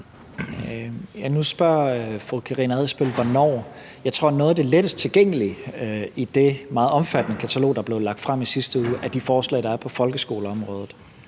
regeringen har taget stilling. Jeg tror, at noget af det lettest tilgængelige i det meget omfattende katalog, der er blevet lagt frem i sidste uge, er de forslag, der er på folkeskoleområdet,